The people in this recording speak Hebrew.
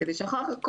כדי שאחר כך,